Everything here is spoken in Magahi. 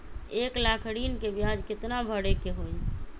एक लाख ऋन के ब्याज केतना भरे के होई?